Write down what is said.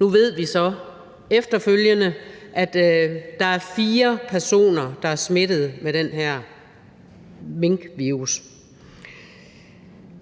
Nu ved vi så efterfølgende, at der er fire personer, der er smittet med den her minkvirus.